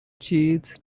cheese